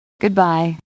Goodbye